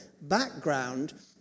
background